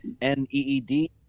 N-E-E-D